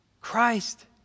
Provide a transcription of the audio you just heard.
Christ